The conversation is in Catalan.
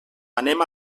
anem